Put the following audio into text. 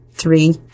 Three